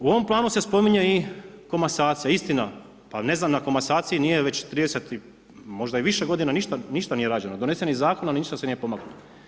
U ovom planu se spominje i komasacija, istina, pa ne znam na komasacija već 30 možda i više g. ništa nije rađeno, donesen je zakon, ali ništa se nije pomaklo.